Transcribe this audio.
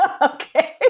Okay